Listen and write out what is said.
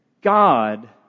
God